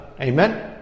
Amen